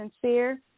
sincere